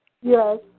Yes